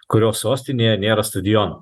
kurios sostinėje nėra stadiono